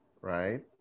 right